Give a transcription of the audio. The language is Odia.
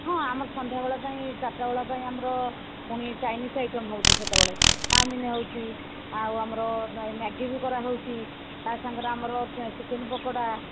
ହଁ ଆମ ସନ୍ଧ୍ୟାବେଳ ପାଇଁ ଚାରିଟାବେଳ ପାଇଁ ଆମର ପୁଣି ଚାଇନିସ ଆଇଟମ ହେଉଛି ସେତେବେଳେ ଚାଉମିନ୍ ହେଉଛି ଆଉ ଆମର ମ୍ୟା ମ୍ୟାଗି ବି କରାହେଉଛି ତା ସାଙ୍ଗରେ ଆମର ଚିକେନ୍ ପକୋଡ଼ା